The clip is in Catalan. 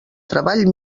treball